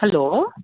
hello